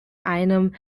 einem